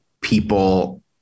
people